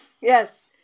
yes